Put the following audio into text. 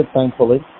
thankfully